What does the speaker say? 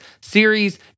series